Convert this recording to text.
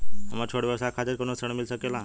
हमरे छोट व्यवसाय खातिर कौनो ऋण मिल सकेला?